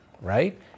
right